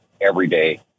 everyday